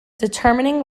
determining